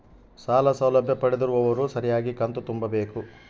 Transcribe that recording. ಸಾಲ ಸೌಲಭ್ಯ ಪಡೆದಿರುವವರು ಸರಿಯಾಗಿ ಕಂತು ತುಂಬಬೇಕು?